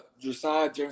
Josiah